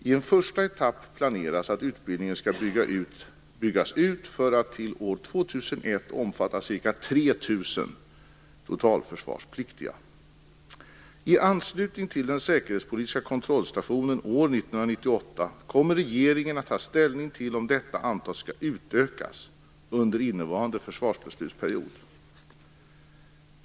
I en första etapp planeras att utbildningen skall byggas ut för att till år 2001 omfatta ca 3 000 totalförsvarspliktiga. I anslutning till den säkerhetspolitiska kontrollstationen år 1998 kommer regeringen att ta ställning till om detta antal skall utökas under innevarande försvarsbeslutsperiod.